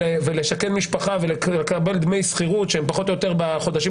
לשכן משפחה ולקבל דמי שכירות שהם פחות או יותר בחודשים